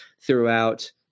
throughout